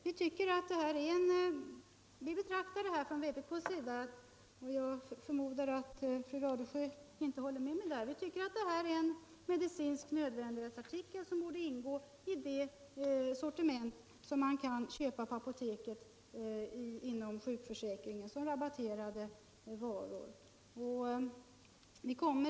Vi inom vpk betraktar detta — jag förmodar att fru Radesjö inte håller med om det som en medicinsk nödvändighetsartikel som borde ingå i det sortiment som man kan köpa på apotek som rabatterade varor enligt sjukförsäkringen.